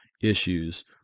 issues